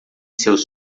seus